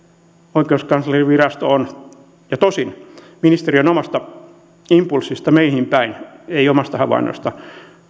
oikeuskanslerinvirasto on tosin ministeriön omasta impulssista meihin päin ei omasta havainnostaan